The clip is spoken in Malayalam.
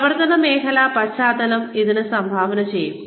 പ്രവർത്തന മേഖല പശ്ചാത്തലം ഇതിന് സംഭാവന ചെയ്യും